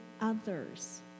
others